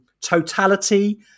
totality